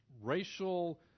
racial